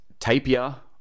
Tapia